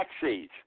taxis